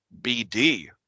BD